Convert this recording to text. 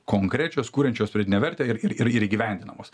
konkrečios kuriančios priedinę vertę ir ir ir įgyvendinamos